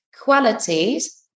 qualities